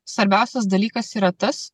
svarbiausias dalykas yra tas